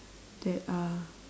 that are